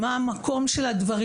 ועל מהו המקום של הדברים.